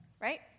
right